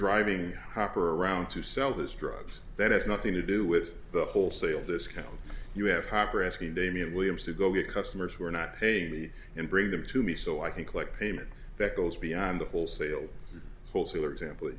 driving hopper around to sell those drugs that has nothing to do with the wholesale discount you have hopper asking damian williams to go get customers who are not paying me and bring them to me so i think like payment that goes beyond the wholesale wholesaler example